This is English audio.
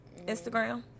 Instagram